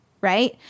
right